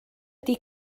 ydy